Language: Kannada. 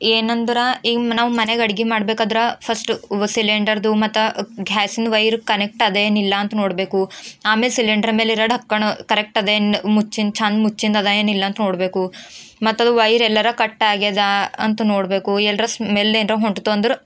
ಏನೆಂದ್ರೆ ಹಿಂಗೆ ನಾವು ಮನೆಗೆ ಅಡುಗೆ ಮಾಡ್ಬೇಕಾದ್ರೆ ಫಸ್ಟ್ ಸಿಲಿಂಡರ್ದು ಮತ್ತು ಘ್ಯಾಸಿನ ವೈರು ಕನೆಕ್ಟ್ ಅದೇನಿಲ್ಲ ಅಂತ ನೋಡಬೇಕು ಆಮೇಲೆ ಸಿಲಿಂಡರ್ ಮೇಲಿರೋ ಡಕ್ಕಣ್ ಕರೆಕ್ಟ್ ಅದೇನು ಮುಚ್ಚಿದ್ ಚೆಂದ ಮುಚ್ಚಿದ್ದಿದೆ ಏನಿಲ್ಲ ಅಂತ ನೋಡಬೇಕು ಮತ್ತದು ವೈರ್ ಎಲ್ಲರ ಕಟ್ ಆಗ್ಯದಾ ಅಂತ ನೋಡಬೇಕು ಎಲ್ಲರ ಸ್ಮೆಲ್ ಏನಾರ ಹೊಂಟ್ತು ಅಂದ್ರೆ